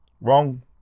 Wrong